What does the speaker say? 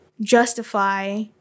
justify